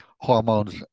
hormones